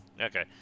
Okay